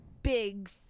big